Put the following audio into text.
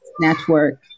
network